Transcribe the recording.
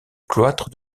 cloître